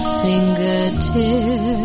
fingertips